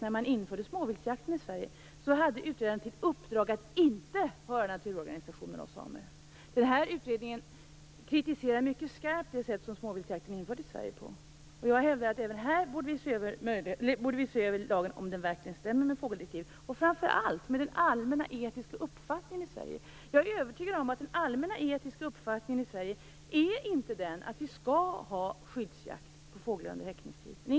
När man införde småviltsjakten i Sverige hade utredaren till uppdrag att inte höra naturskyddsorganisationerna och samerna. Utredningen kritiserar mycket skarpt det sätt på vilket småviltsjakten i Sverige infördes. Jag hävdar att vi borde se över lagen även i detta fall, se om den verkligen stämmer med fågeldirektivet och framför allt om den stämmer med den allmänna etiska uppfattningen i Sverige. Jag är övertygad om att den allmänna etiska uppfattningen inte är den att vi skall ha skyddsjakt på fåglar under häckningstiden.